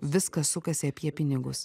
viskas sukasi apie pinigus